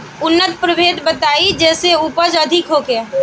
उन्नत प्रभेद बताई जेसे उपज अधिक होखे?